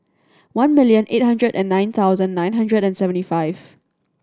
one million eight hundred and nine thousand nine hundred and seventy five